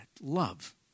Love